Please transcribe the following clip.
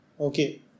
okay